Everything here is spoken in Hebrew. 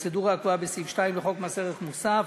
הפרוצדורה הקבועה בסעיף 2 לחוק מס ערך מוסף